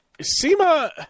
SEMA –